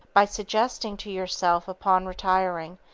by suggesting to yourself upon retiring,